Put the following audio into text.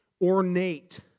Ornate